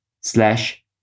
slash